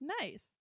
Nice